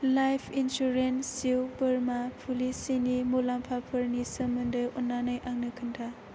life insurance जिउ बीमा पलिसिनि मुलाम्फाफोरनि सोमोन्दै अन्नानै आंनो खोनथा